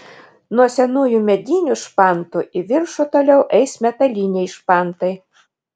nuo senųjų medinių špantų į viršų toliau eis metaliniai špantai